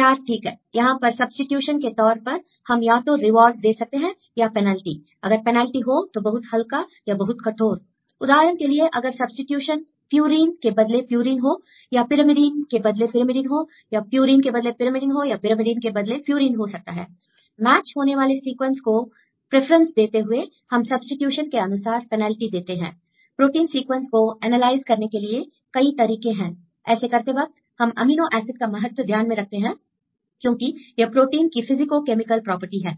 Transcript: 4 ठीक हैI यहां पर सब्सीट्यूशन के तौर पर हम या तो रिवॉर्ड दे सकते हैं या पेनल्टीI अगर पेनल्टी हो तो बहुत हल्का या बहुत कठोरI उदाहरण के लिए अगर सब्सीट्यूशन प्यूरीन के बदले प्यूरीन हो या पिरामिडइन के बदले पिरामिडइन हो या प्यूरीन के बदले पिरामिडइन हो या पिरामिडइन के बदले प्यूरीन हो सकता है I मैच होने वाले सीक्वेंस को प्रेफरेंस देते हुए हम सब्सीट्यूशन के अनुसार पेनल्टी देते हैंI प्रोटीन सीक्वेंस को एनालाइज करने के लिए कई तरीके हैंI ऐसे करते वक्त हम अमीनो एसिड का महत्व ध्यान में रखते हैं क्योंकि यह प्रोटीन की फिजिकोकेमिकल प्रॉपर्टी हैI